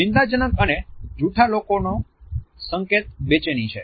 ચિંતા જનક અને જુઠા લોકોનો સંકેત બેચેની છે